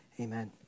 Amen